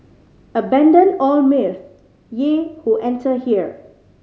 abandon all mirth ye who enter here